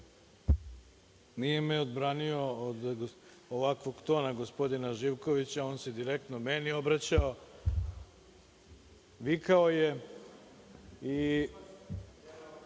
nije me odbranio od ovakvog tona gospodina Živkovića, on se direktno meni obraćao, vikao je. Prema